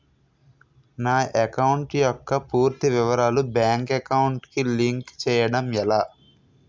నా అకౌంట్ యెక్క పూర్తి వివరాలు బ్యాంక్ అకౌంట్ కి లింక్ చేయడం ఎలా?